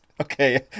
Okay